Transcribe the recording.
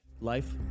life